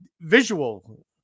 visual